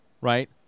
right